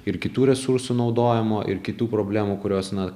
ir kitų resursų naudojimo ir kitų problemų kurios na